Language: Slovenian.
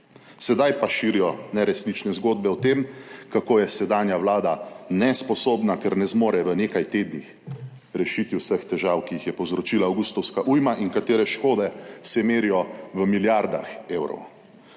sedaj pa širijo neresnične zgodbe o tem, kako je sedanja vlada nesposobna, ker ne zmore v nekaj tednih rešiti vseh težav, ki jih je povzročila avgustovska ujma in katere škode se merijo v milijardah evrov.